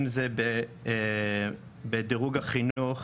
אם זה בדירוג החינוך,